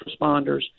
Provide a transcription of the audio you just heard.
responders